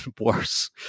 worse